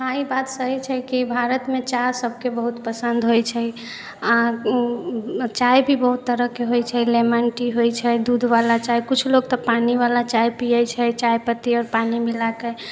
हँ ई बात सही छै कि भारतमे चाह सभके बहुत पसन्द होइ छै चाय भी बहुत तरहके होइ छै लेमन टी होइ छै दूधवला चाय कुछ लोक तऽ पानिवला चाय पिये छै चाय पत्ती आओर पानि मिलाइके